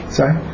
Sorry